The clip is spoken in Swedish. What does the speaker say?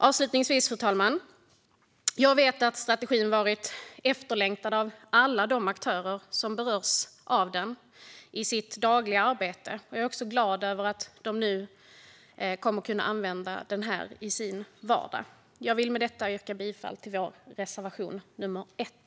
Avslutningsvis, fru talman: Jag vet att strategin varit efterlängtad av alla de aktörer som berörs av den i sitt dagliga arbete. Jag är glad över att de nu kommer att kunna använda den i sin vardag. Jag vill med detta yrka bifall till vår reservation nummer 1.